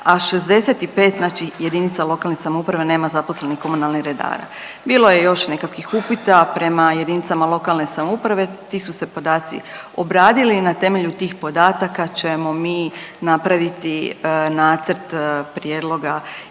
a 65 znači jedinica lokalne samouprave nema zaposlenih komunalnih redara. Bilo je još nekakvih upita prema jedinicama lokalne samouprave, ti su se podaci obradili, na temelju tih podataka ćemo mi napraviti nacrt prijedloga